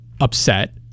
upset